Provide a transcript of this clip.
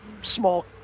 small